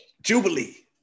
Jubilee